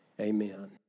Amen